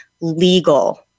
legal